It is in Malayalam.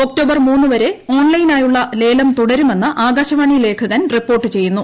ഒക്ടോബർ വരെ ന ഓൺലൈനായുളള ലേല്പർതുടരുമെന്ന് ആകാശവാണി ലേഖകൻ റിപ്പോർട്ട് ചെയ്യുന്നു